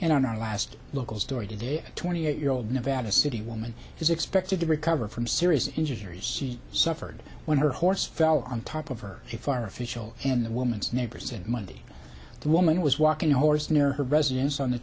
and our last local story to the twenty eight year old nevada city woman is expected to recover from serious injuries she suffered when her horse fell on top of her the fire official and the woman's neighbors and monday the woman was walking a horse near her residence on the